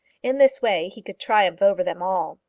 in this way he could triumph over them all.